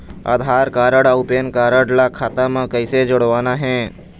आधार card अऊ PAN card ला खाता म कइसे जोड़वाना हे?